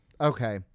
Okay